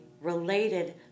related